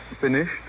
finished